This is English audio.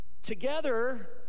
Together